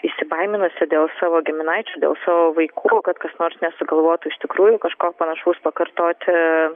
įsibaiminusi dėl savo giminaičių dėl savo vaikų kad kas nors nesugalvotų iš tikrųjų kažko panašaus pakartoti